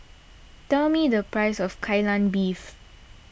tell me the price of Kai Lan Beef